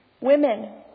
women